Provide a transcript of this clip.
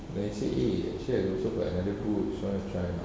then he say eh eh actually I got another shop at just wanna try it on